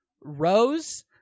Rose